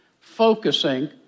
focusing